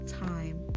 time